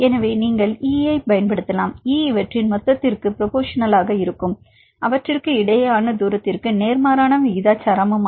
எனவே நீங்கள் E ஐப் பயன்படுத்தலாம் E இவற்றின் மொத்தத்திற்கு ப்ரோபோரஷனல் ஆக இருக்கும் அவற்றுக்கிடையேயான தூரத்திற்கு நேர்மாறான விகிதாசாரமும் ஆக இருக்கும்